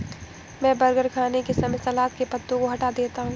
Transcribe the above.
मैं बर्गर खाने के समय सलाद के पत्तों को हटा देता हूं